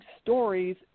stories